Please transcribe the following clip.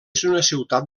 ciutat